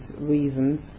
reasons